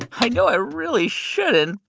ah i know i really shouldn't.